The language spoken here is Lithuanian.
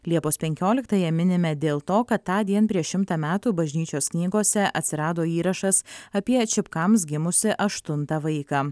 liepos penkioliktąją minime dėl to kad tądien prieš šimtą metų bažnyčios knygose atsirado įrašas apie čipkams gimusį aštuntą vaiką